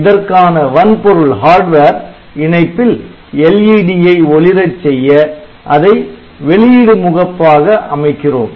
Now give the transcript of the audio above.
இதற்கான வன்பொருள் இணைப்பில் LED ஐ ஒளிரச் செய்ய அதை வெளியிடு முகப்பாக அமைக்கிறோம்